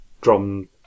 drum